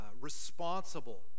responsible